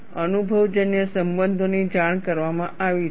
અનુભવજન્ય સંબંધોની જાણ કરવામાં આવી છે